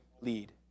lead